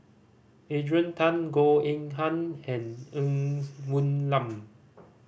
Adrian Tan Goh Eng Han and Ng Woon Lam